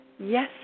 Yes